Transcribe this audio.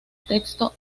texto